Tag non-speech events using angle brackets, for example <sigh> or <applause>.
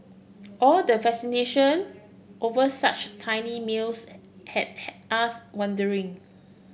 all the fascination over such tiny meals had <unintelligible> us wondering